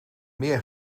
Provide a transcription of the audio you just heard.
meer